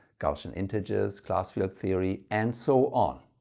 gaussian integers, class field theory, and so on.